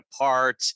apart